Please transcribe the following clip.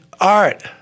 art